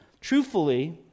truthfully